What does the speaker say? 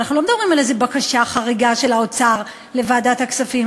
אנחנו לא מדברים על איזה בקשה חריגה של האוצר לוועדת הכספים.